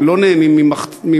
הם לא נהנים ממחצית,